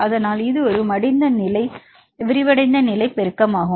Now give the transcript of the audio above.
அதனால் இது ஒரு மடிந்த நிலை விரிவடைந்த நிலை பெருக்கமாகும்